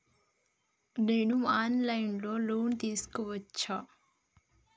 నేను online లో loan తీసుకోవచ్చా?